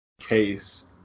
case